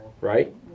right